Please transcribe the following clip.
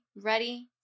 ready